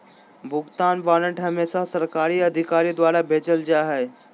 भुगतान वारन्ट हमेसा सरकारी अधिकारी द्वारा भेजल जा हय